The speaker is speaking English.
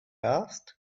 asked